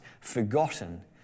forgotten